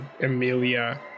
Emilia